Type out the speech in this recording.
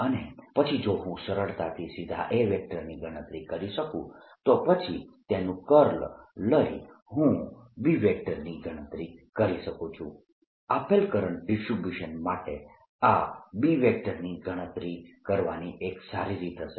અને પછી જો હું સરળતાથી સીધા A ની ગણતરી કરી શકું તો પછી તેનું કર્લ લઇ હું B ની ગણતરી કરી શકું છું આપેલ કરંટ ડિસ્ટ્રીબ્યુશન્સ માટે આ B ની ગણતરી કરવાની એક સારી રીત હશે